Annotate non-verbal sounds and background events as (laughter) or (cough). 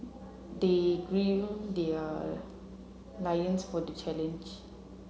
they (unintelligible) their (unintelligible) for the challenge